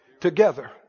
together